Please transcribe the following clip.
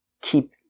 keep